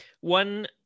one